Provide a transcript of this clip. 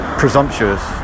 presumptuous